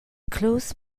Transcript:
clothes